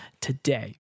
today